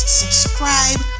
subscribe